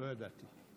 לא ידעתי.